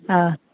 हा